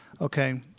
okay